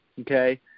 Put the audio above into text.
okay